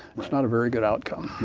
it is not a very good outcome.